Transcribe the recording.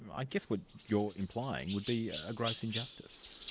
i guess what you're implying, would be a gross injustice.